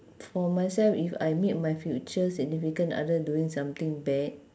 for myself if I meet my future significant other doing something bad